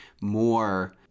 more